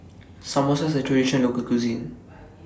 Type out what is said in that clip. Samosa IS A Traditional Local Cuisine